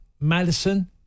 Madison